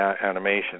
animation